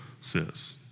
says